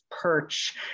perch